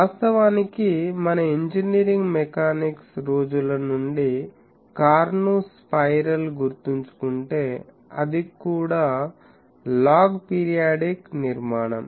వాస్తవానికి మన engineering mechanics రోజుల నుండి కార్ను స్పైరల్ గుర్తుంచుకుంటే అది కూడా లాగ్ పిరియాడిక్ నిర్మాణం